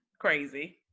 crazy